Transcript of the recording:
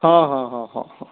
ହଁ ହଁ ହଁ ହଁ ହଁ